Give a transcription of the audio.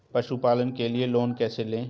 पशुपालन के लिए लोन कैसे लें?